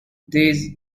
these